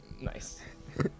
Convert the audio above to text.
Nice